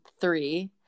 three